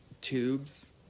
tubes